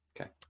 Okay